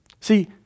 See